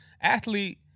Athlete